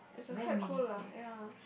which was quite cool lah ya